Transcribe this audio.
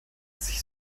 sich